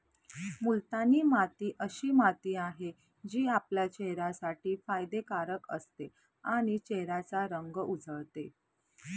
मुलतानी माती अशी माती आहे, जी आपल्या चेहऱ्यासाठी फायदे कारक असते आणि चेहऱ्याचा रंग उजळते